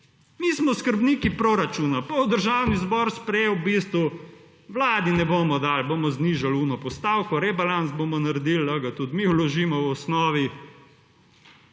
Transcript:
Mi smo skrbniki proračuna. Bo Državni zbor sprejel v bistvu Vladi ne bomo dali, bomo znižali ono postavko, rebalans bomo naredili lahko ga tudi mi vložimo v osnovi